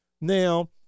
Now